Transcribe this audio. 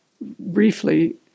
briefly